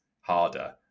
harder